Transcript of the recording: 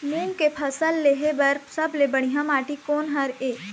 मूंग के फसल लेहे बर सबले बढ़िया माटी कोन हर ये?